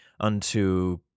unto